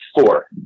Four